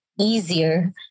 easier